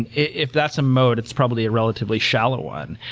and if that's a mode, it's probably a relatively shallow one.